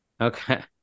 Okay